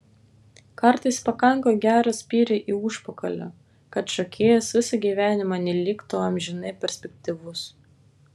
kartais pakanka gero spyrio į užpakalį kad šokėjas visą gyvenimą neliktų amžinai perspektyvus